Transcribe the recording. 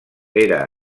era